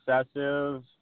excessive